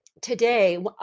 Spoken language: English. today